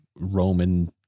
roman